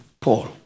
Paul